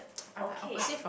okay